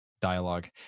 dialogue